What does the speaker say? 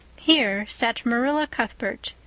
here sat marilla cuthbert,